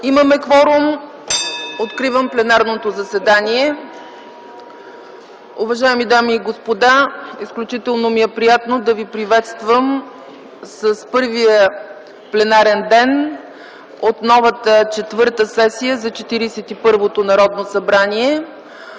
Имаме кворум. Откривам пленарното заседание. (Звъни.) Уважаеми дами и господа, изключително ми е приятно да ви приветствам с първия пленарен ден от новата Четвърта сесия за Четиридесет